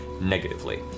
negatively